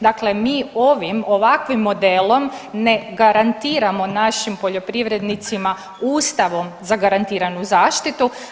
Dakle mi ovim ovakvim modelom ne garantiramo našim poljoprivrednicima Ustavom zagarantiranu zaštitu.